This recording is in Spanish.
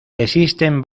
existen